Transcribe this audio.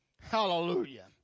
hallelujah